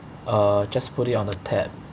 uh just put it on the tab